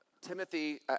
Timothy